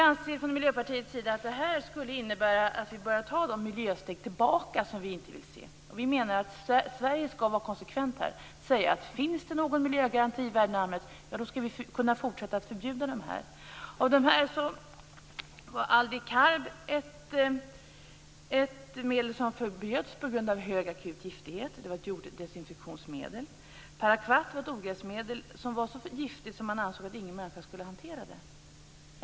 Aldicarb var ett medel som förbjöds på grund av hög akut giftighet. Det var ett jorddesinfektionsmedel. Paraquat var ett ogräsmedel som var så giftigt att man ansåg att ingen människa skulle hantera det.